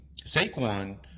Saquon